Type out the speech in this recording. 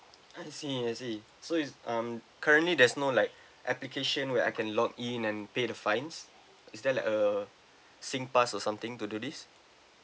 I see I see so is um currently there's no like application where I can login and pay the fines is there like a singpass or something to do this